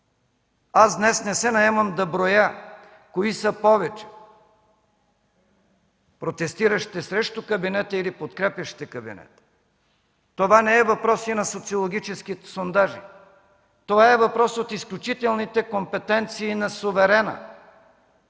Аз днес не се наемам да броя кои са повече – протестиращите срещу кабинета или подкрепящите кабинета. Това не е въпрос и на социологическите сондажи. Това е въпрос от изключителните компетенции на суверена.